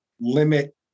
limit